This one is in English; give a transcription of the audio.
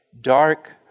dark